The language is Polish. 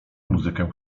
muzykę